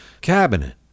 cabinet